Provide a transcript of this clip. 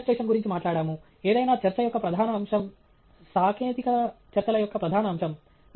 మనము ఇలస్ట్రేషన్ గురించి మాట్లాడాము ఏదైనా చర్చ యొక్క ప్రధాన అంశం సాంకేతిక చర్చల యొక్క ప్రధాన అంశం